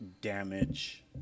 damage